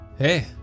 Hey